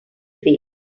base